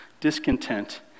discontent